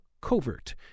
Covert